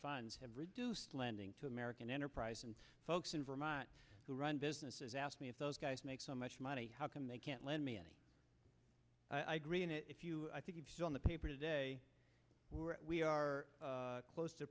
funds have reduced lending to american enterprise and folks in vermont who run businesses asked me if those guys make so much money how come they can't lend me any i agree and if you i think on the paper today were we are close to